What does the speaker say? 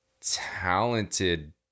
talented